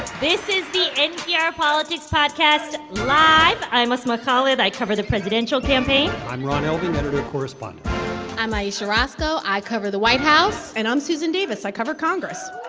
this is the npr politics podcast live i'm asma khalid. i cover the presidential campaign i'm ron elving, editor correspondent i'm ayesha rascoe. i cover the white house and i'm susan davis. i cover congress